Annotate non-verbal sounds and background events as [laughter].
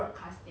[noise]